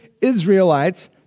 Israelites